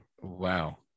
Wow